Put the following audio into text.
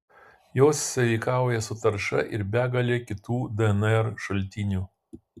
jos sąveikauja su tarša ir begale kitų dnr šaltinių